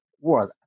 word